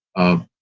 of.